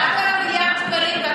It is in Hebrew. רק על המיליארד שקלים.